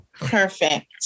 Perfect